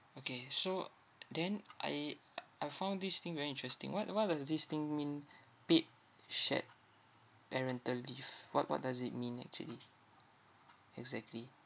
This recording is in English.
okay so then I I found this thing very interesting what what does this thing mean paid shared parental leave what what does it mean actually exactly